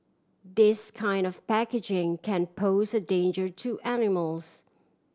this kind of packaging can pose a danger to animals